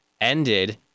ended